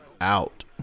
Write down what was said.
out